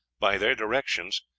by their directions,